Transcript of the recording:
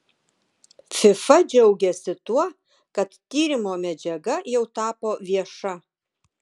fifa džiaugiasi tuo kad tyrimo medžiaga jau tapo vieša